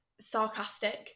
sarcastic